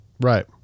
Right